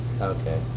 Okay